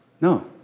No